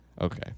Okay